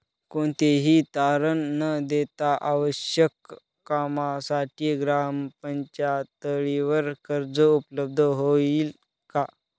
कोणतेही तारण न देता आवश्यक कामासाठी ग्रामपातळीवर कर्ज उपलब्ध होईल का?